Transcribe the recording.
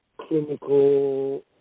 clinical